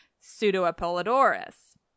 Pseudo-Apollodorus